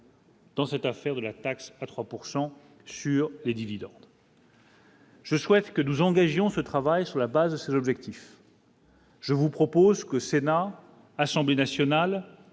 Dans cette affaire de la taxe à 3 pourcent sur sur les dividendes. Je souhaite que nous engagions ce travail sur la base de ces objectifs. Je vous propose que Sénat-Assemblée nationale